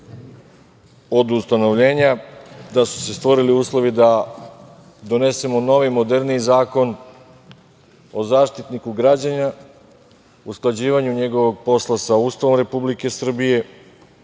od ustanovljenja stvorili uslovi da donesemo novi, moderniji zakon o Zaštitniku građana, usklađivanju njegovog posla sa Ustavom Republike Srbije,